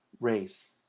race